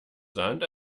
sand